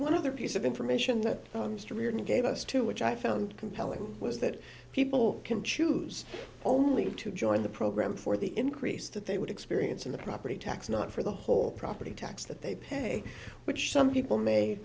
one other piece of information that comes to riordan gave us too which i found compelling was that people can choose only to join the program for the increase that they would experience in the property tax not for the whole property tax that they pay which some people may